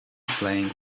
playing